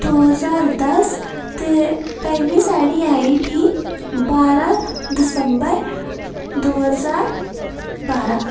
दो ज्हार दस ते पंजमी साढ़ी आई उठी बारां दसम्बर दो ज्हार बारां